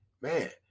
Man